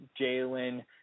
Jalen